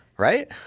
right